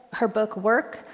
her book work!